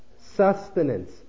sustenance